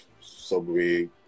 subway